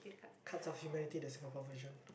cards of humanity the Singapore version